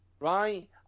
Right